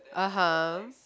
(uh huh)